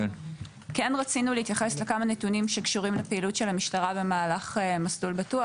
כן רצינו להתייחס לכמה מהנתונים על פעילות המשטרה במהלך ׳מסלול בטוח׳.